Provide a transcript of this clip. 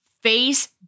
face